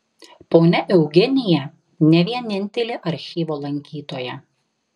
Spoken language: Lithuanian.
ponia eugenija ne vienintelė archyvo lankytoja